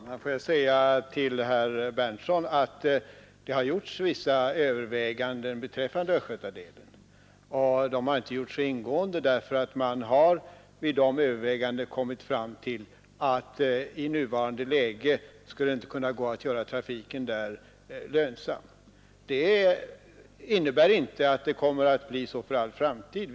Herr talman! Låt mig till herr Berndtson i Linköping säga att det har gjorts vissa överväganden beträffande östgötadelen. De har inte gjorts så ingående, därför att man vid dessa överväganden kommit fram till att det inte i nuvarande läge går att göra trafiken där lönsam. Det innebär inte att det kommer att vara så för all framtid.